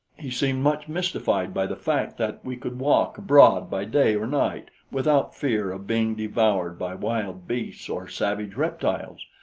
he seemed much mystified by the fact that we could walk abroad by day or night without fear of being devoured by wild beasts or savage reptiles,